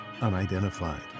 unidentified